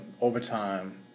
Overtime